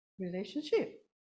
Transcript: relationship